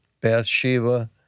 Bathsheba